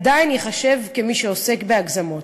עדיין ייחשב כמי שעוסק בהגזמות.